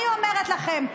אני אומרת לכם,